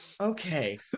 Okay